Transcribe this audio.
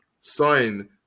sign